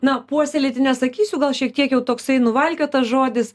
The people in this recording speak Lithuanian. na puoselėti nesakysiu gal šiek tiek jau toksai nuvalkiotas žodis